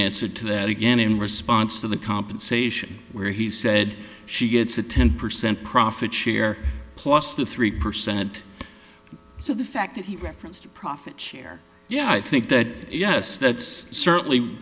answer to that again in response to the compensation where he said she gets a ten percent profit share plus the three percent so the fact that he referenced a profit share yeah i think that yes that's certainly